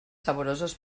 saborosos